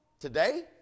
today